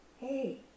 hey